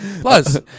Plus